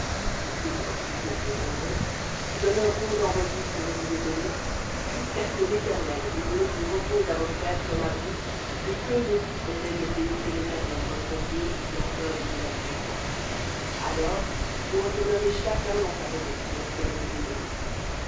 je sais que vos troupeaux sont nombreux demeureront dans vos villes que je vous ai données jusquà ce que l'éternel ait donné du repos à vos frères comme à vous et qu'eux aussi possèdent le pays que l'éternel votre dieu leur donne au delà du jourdain alors vous retournerez chacun dans sa possession que je vous ai donnée